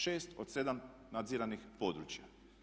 6 od 7 nadziranih područja.